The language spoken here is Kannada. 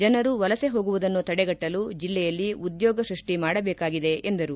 ಜನರು ವಲಸೆ ಹೋಗುವುದನ್ನು ತಡೆಗಟ್ಟಲು ಜಿಲ್ಲೆಯಲ್ಲಿ ಉದ್ಯೋಗ ಸೃಷ್ಟಿ ಮಾಡಬೇಕಾಗಿದೆ ಎಂದರು